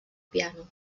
piano